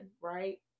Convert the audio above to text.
right